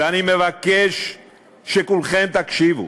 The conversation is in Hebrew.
ואני מבקש שכולכם תקשיבו,